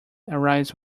arise